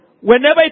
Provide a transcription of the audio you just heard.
Whenever